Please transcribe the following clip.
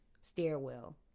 stairwell